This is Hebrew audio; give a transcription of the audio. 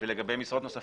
ולגבי משרות נוספות,